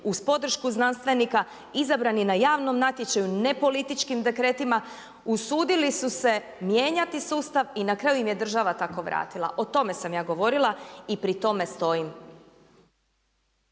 uz podršku znanstvenika izabrani na javnom natječaju ne političkim dekretima. Usudili su se mijenjati sustav i na kraju im je država tako vratila. O tome sam ja govorila i pri tome stojim.